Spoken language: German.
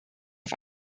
auf